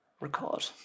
record